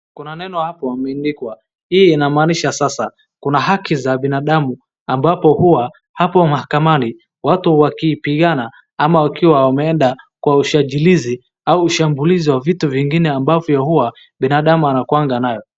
Kuna neno hapo imeandikwa . Hii ina maanisha sasa kuna haki za binadamu ambapo huwa hapo mahakamani watu wakipagana ama wakiwa wameenda kwa ushajilizi auaushambulizi wa vitu vingine ambavyo huwa binandamu anakuwanga nayo.